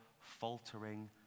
faltering